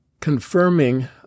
confirming